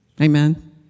Amen